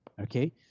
okay